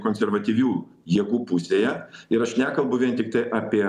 konservatyvių jėgų pusėje ir aš nekalbu vien tiktai apie